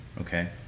okay